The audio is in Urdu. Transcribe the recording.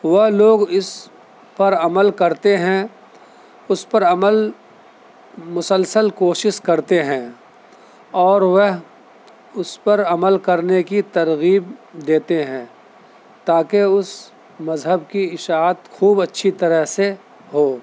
وہ لوگ اس پر عمل کرتے ہیں اس پر عمل مسلسل کوشش کرتے ہیں اور وہ اس پر عمل کرنے کی ترغیب دیتے ہیں تاکہ اس مذہب کی اشاعت خوب اچھی طرح سے ہو